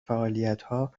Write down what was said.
فعالیتها